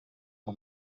ngo